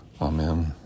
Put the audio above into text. Amen